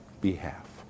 behalf